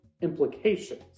implications